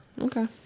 Okay